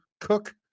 Cook